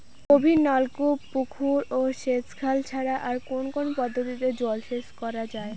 গভীরনলকূপ পুকুর ও সেচখাল ছাড়া আর কোন কোন পদ্ধতিতে জলসেচ করা যায়?